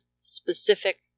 specific